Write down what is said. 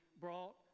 brought